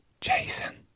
Jason